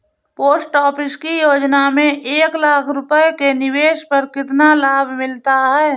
Post office की योजना में एक लाख रूपए के निवेश पर कितना लाभ मिलता है?